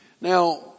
Now